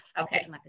Okay